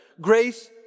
Grace